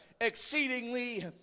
exceedingly